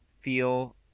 feel